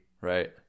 Right